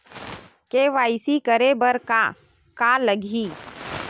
KYC करे बर का का लगही?